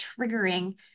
triggering